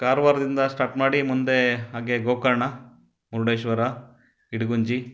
ಕಾರವಾರ್ದಿಂದ start ಮಾಡಿ ಮುಂದೆ ಹಾಗೇ ಗೋಕರ್ಣ ಮುರುಡೇಶ್ವರ ಇಡಗುಂಜಿ